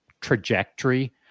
trajectory